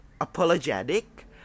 apologetic